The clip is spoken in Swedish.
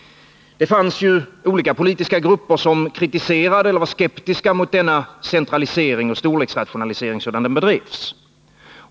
Det fanns ju olika politiska grupper som kritiserade och var skeptiska mot denna centralisering och storleksrationalisering sådan den bedrevs.